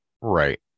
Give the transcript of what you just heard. right